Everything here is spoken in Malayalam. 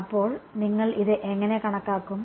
അപ്പോൾ നിങ്ങൾ ഇത് എങ്ങനെ കണക്കാക്കും